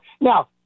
Now